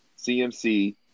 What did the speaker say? CMC